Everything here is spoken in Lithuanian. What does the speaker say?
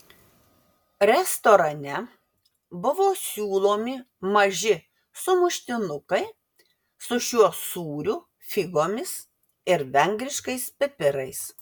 restorane buvo siūlomi maži sumuštinukai su šiuo sūriu figomis ir vengriškais pipirais